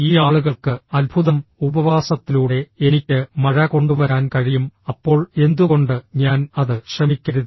ഈ ആളുകൾക്ക് അത്ഭുതം ഉപവാസത്തിലൂടെ എനിക്ക് മഴ കൊണ്ടുവരാൻ കഴിയും അപ്പോൾ എന്തുകൊണ്ട് ഞാൻ അത് ശ്രമിക്കരുത്